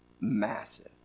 massive